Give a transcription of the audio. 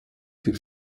für